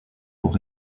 pour